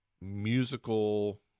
musical